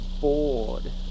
bored